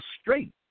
straight